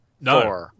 No